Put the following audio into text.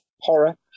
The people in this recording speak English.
horror